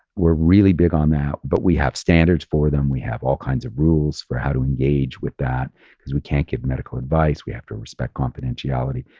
we're really big on that, but we have standards for them. we have all kinds of rules for how to engage with that because we can't give medical advice. we have to respect confidentiality.